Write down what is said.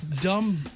dumb